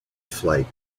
flight